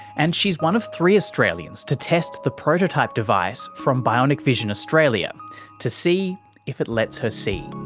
and she's one of three australians to test the prototype device from bionic vision australia to see if it lets her see.